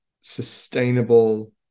sustainable